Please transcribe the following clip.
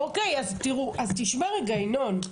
תשמע רגע ינון.